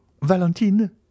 valentine